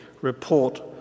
report